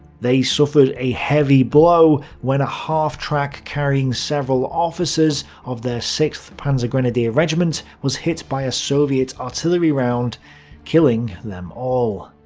they suffered a heavy blow when a half-track carrying several officers of their sixth panzergrenadier regiment was hit by a soviet artillery round killing them all.